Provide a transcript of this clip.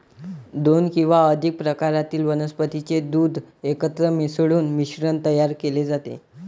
दोन किंवा अधिक प्रकारातील वनस्पतीचे दूध एकत्र मिसळून मिश्रण तयार केले जाते